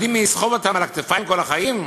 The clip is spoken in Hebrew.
יודעים מי יסחוב אותם על הכתפיים כל החיים?